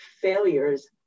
failures